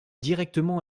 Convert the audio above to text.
directement